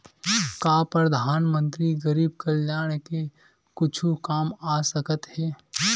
का परधानमंतरी गरीब कल्याण के कुछु काम आ सकत हे